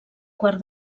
quart